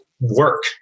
work